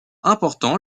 importants